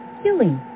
killing